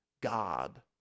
God